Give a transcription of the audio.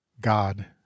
God